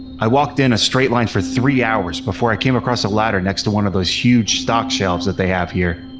i walked in a straight line for three hours before i came across a ladder next to one of those huge stock shelves that they have here.